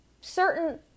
certain